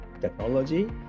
technology